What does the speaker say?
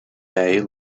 may